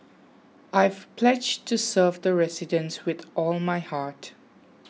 I've pledged to serve the residents with all my heart